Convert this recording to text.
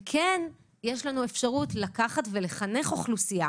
יש לנו אפשרות לקחת ולחנך אוכלוסייה